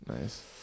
Nice